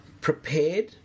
Prepared